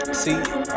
see